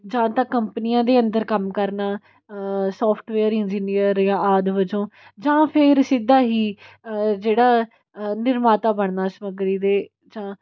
ਜ਼ਿਆਦਾ ਕੰਪਨੀਆਂ ਦੇ ਅੰਦਰ ਕੰਮ ਕਰਨਾ ਸੋਫਟਵੇਅਰ ਇੰਜੀਨੀਅਰ ਜਾਂ ਆਦਿ ਵਜੋਂ ਜਾਂ ਫਿਰ ਸਿੱਧਾ ਹੀ ਜਿਹੜਾ ਨਿਰਮਾਤਾ ਬਣਨਾ ਸਮੱਗਰੀ ਦੇ ਜਾਂ